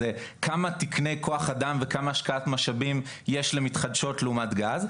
זה כמה תקני כוח אדם וכמה השקעת משאבים יש למתחדשות לעומת גז.